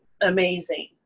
amazing